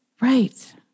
Right